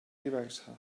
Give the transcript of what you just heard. diversa